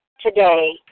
today